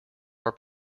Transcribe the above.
our